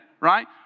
right